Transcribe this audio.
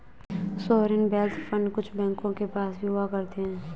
sovereign wealth fund कुछ बैंकों के पास भी हुआ करते हैं